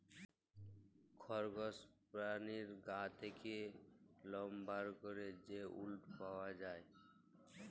খরগস পেরানীর গা থ্যাকে লম বার ক্যরে যে উলট পাওয়া যায়